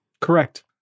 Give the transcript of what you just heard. correct